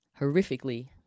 horrifically